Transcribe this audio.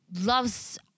loves